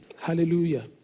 Hallelujah